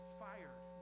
fired